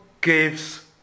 gives